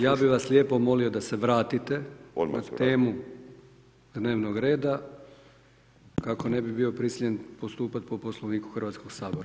Ja bih vas lijepo molio da se vratite na temu dnevnog reda kako ne bi bio prisiljen postupati po Poslovniku Hrvatskoga sabora.